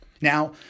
Now